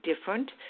different